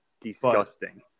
disgusting